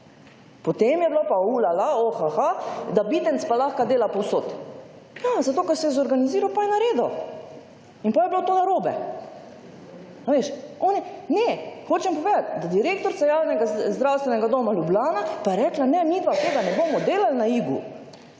Potem je bilo pa ulala, ohaha, da Bitenc pa lahko dela povsod. Ja, zato ker se je zorganiziral pa je naredil. In potem je bilo to narobe. Hočem povedati, da direktorica javnega zdravstvenega doma Ljubljana pa je rekla, ne, mi pa tega ne bomo delali na Igu.